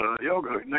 yoga